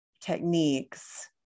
techniques